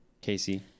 Casey